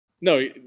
No